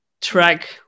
track